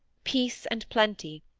peace and plenty.